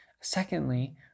Secondly